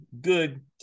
good